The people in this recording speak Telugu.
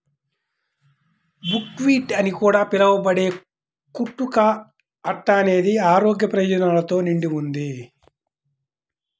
బుక్వీట్ అని కూడా పిలవబడే కుట్టు కా అట్ట అనేది ఆరోగ్య ప్రయోజనాలతో నిండి ఉంది